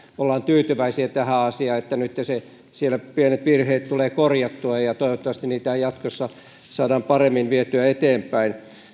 ollaan tyytyväisiä tähän asiaan että nyt siellä pienet virheet tulee korjattua ja toivottavasti niitä jatkossa saadaan paremmin vietyä eteenpäin